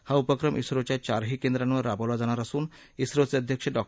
हा उपक्रम झिोच्या चारही केंद्रावर राबवला जाणार असून ओचे अध्यक्ष डॉ